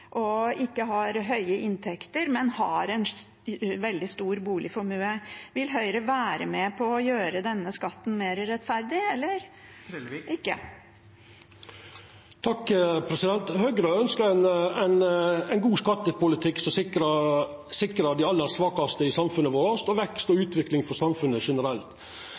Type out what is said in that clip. og ikke har høye inntekter, men har en veldig stor boligformue. Vil Høyre være med på å gjøre denne skatten mer rettferdig, eller ikke? Høgre ønskjer ein god skattepolitikk som sikrar dei aller svakaste i samfunnet vårt og vekst og utvikling for samfunnet generelt.